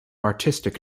artistic